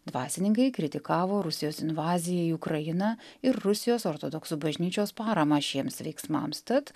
dvasininkai kritikavo rusijos invaziją į ukrainą ir rusijos ortodoksų bažnyčios paramą šiems veiksmams tad